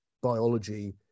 biology